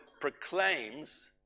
proclaims